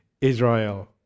Israel